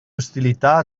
ostilità